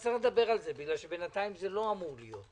נדבר על זה, כי בינתיים זה לא אמור להיות.